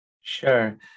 Sure